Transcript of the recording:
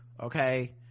okay